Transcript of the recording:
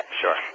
Sure